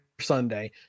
Sunday